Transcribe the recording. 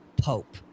pope